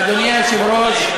אדוני היושב-ראש,